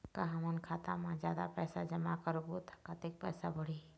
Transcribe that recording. का हमन खाता मा जादा पैसा जमा करबो ता कतेक पैसा बढ़ही?